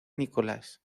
nicolás